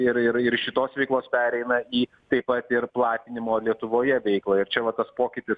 ir ir ir iš šitos veiklos pereina į taip pat ir platinimo lietuvoje veiklą ir čia va tas pokytis